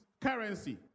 currency